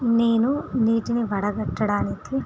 నేను నీటిని వడగట్టడానికి